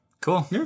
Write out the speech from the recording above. cool